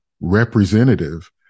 representative